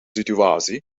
situatie